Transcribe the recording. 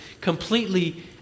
completely